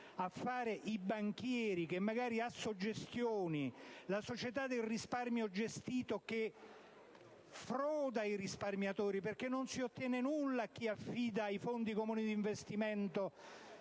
a fare i banchieri, così come Assogestioni - la società del risparmio gestito - che froda i risparmiatori, perché non si ottiene nulla da coloro a cui si affidano i fondi comuni di investimento.